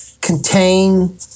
contain